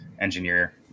engineer